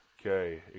Okay